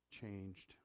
changed